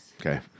Okay